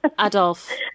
Adolf